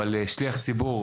אבל שליח ציבור,